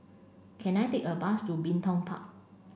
can I take a bus to Bin Tong Park